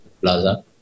Plaza